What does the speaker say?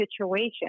situation